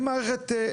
אם מערכת הגבייה,